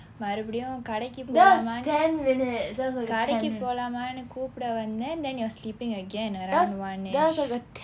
மறுபடி கடைக்கு போலாமா கடைக்கு போலாமான்னு கூப்பிட வந்தேன்:marupadi kadaikku polaamaa kadaikku polaamaannu kuppida vanthen then you are sleeping again around one-ish